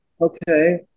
okay